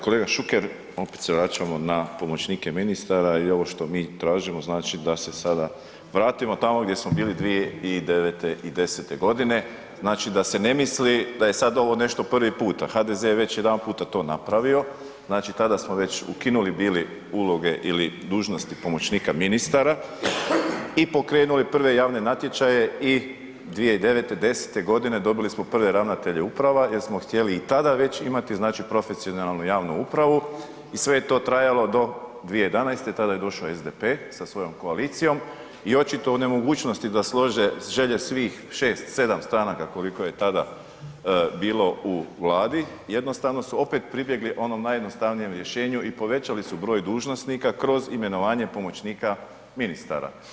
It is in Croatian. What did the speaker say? Kolega Šuker, opet se vraćamo na pomoćnike ministara i ovo što mi tražimo znači da se sada vratimo tamo gdje smo bili 2009. i 2010. g., znači da se ne misli da je sad ovo nešto prvi puta, HDZ je već jedanputa to napravio, znači tada smo već ukinuli bili uloge ili dužnosti pomoćnika ministara i pokrenuli prve javne natječaje i 2009., 2010. g. dobili smo prve ravnatelje uprava jer smo htjeli i tada već imati profesionalnu javnu upravu i sve je to trajalo do 2011., tada je došao SDP sa svojom koalicijom i očito u nemogućnosti da slože želje svih 6, 7 stranaka koliko je tada bilo u Vladi, jednostavno su opet pribjegli onom najjednostavnijem rješenju i povećali su broj dužnosnika kroz imenovanje pomoćnika ministara.